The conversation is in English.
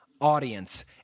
audience